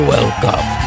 Welcome